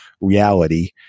reality